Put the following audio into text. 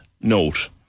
note